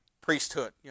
priesthood